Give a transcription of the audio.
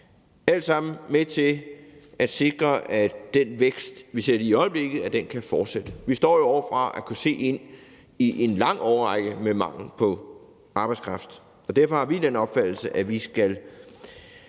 alt sammen med til at sikre, at den vækst, vi ser lige i øjeblikket, kan fortsætte. Vi står jo over for at kunne se ind i en lang årrække med mangel på arbejdskraft, og derfor har vi den opfattelse, at vi skal